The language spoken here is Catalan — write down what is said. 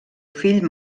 fill